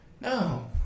no